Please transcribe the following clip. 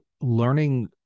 learning